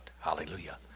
Hallelujah